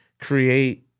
create